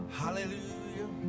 hallelujah